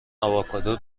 آووکادو